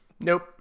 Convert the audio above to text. Nope